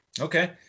Okay